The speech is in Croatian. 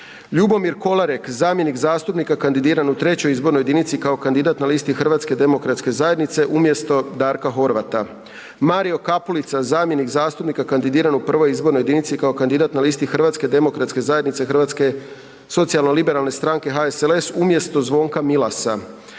Ljubomir Kolarek, zamjenik zastupnika kandidiran u 3. izbornoj jedinici kao kandidat na listi Hrvatske demokratske zajednice, umjesto Darka Horvata, Mario Kapulica, zamjenik zastupnika kandidiran u 1. izbornoj jedinici kao kandidatkinja na listi Hrvatske demokratske zajednice, Hrvatsko socijalno-liberalne stranke, HSLS umjesto Zvonka Milasa;